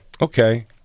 Okay